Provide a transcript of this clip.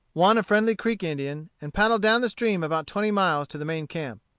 one a friendly creek indian, and paddle down the stream about twenty miles to the main camp.